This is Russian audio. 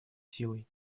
силой